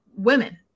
women